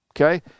okay